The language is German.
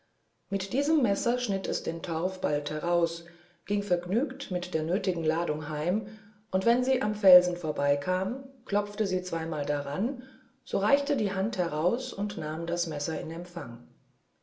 mit diesem messer schnitt sie den torf bald heraus ging vergnügt mit der nöthigen ladung heim und wenn sie am felsen vorbei kam klopfte sie zweimal dran so reichte die hand heraus und nahm das messer in empfang